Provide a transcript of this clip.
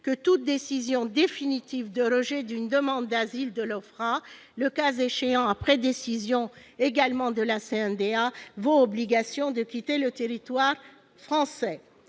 que toute décision définitive de rejet d'une demande d'asile de l'OFPRA, le cas échéant après que la CNDA a statué, vaut obligation de quitter le territoire français,